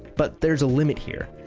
but there is a limit here.